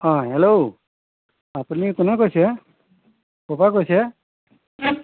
অঁ হেল্ল' আপুনি কোনে কৈছে কোৰ পৰা কৈছে